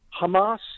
Hamas